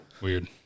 Weird